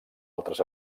altres